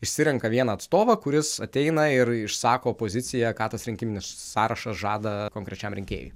išsirenka vieną atstovą kuris ateina ir išsako poziciją ką tas rinkiminis sąrašas žada konkrečiam rinkėjui